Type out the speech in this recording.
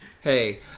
Hey